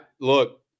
Look